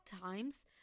times